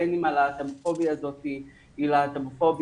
בין הלהטובופוביה זאת היא להטומופוביה